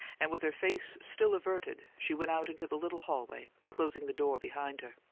and with her face still averted, she went out into the little hallway, closing the door behind her.